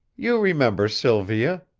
you remember sylvia?